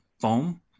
foam